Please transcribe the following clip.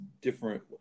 different